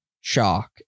shock